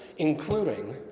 including